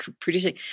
producing